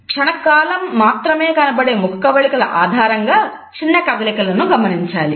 క్షణకాలం మాత్రమే కనబడే ముఖకవళికల ఆధారంగా చిన్న కదలికలను గమనించాలి